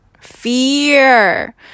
fear